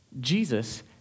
Jesus